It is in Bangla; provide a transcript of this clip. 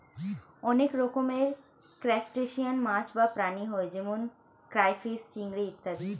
অনেক রকমের ক্রাস্টেশিয়ান মাছ বা প্রাণী হয় যেমন ক্রাইফিস, চিংড়ি ইত্যাদি